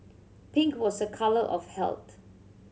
pink was a colour of health